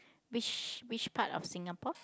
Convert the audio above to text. which which part of Singapore